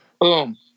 Boom